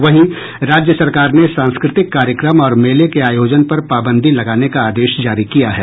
वहीं राज्य सरकार ने सांस्कृतिक कार्यक्रम और मेले के आयोजन पर पाबंदी लगाने का आदेश जारी किया है